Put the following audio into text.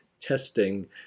testing